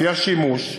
לפי השימוש,